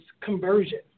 conversion